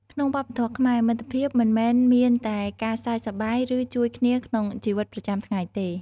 ក្នុងវប្បធម៌ខ្មែរ មិត្តភាពមិនមែនមានតែការសើចសប្បាយ ឬជួយគ្នាក្នុងជីវិតប្រចាំថ្ងៃទេ។